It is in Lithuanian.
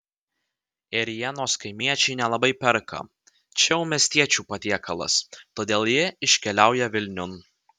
ėrienos kaimiečiai nelabai perka čia jau miestiečių patiekalas todėl ji iškeliauja vilniun